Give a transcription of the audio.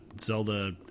Zelda